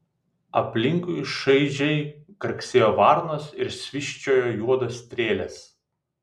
aplinkui šaižiai karksėjo varnos ir švysčiojo juodos strėlės